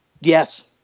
Yes